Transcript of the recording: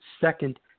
second